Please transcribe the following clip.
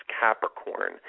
Capricorn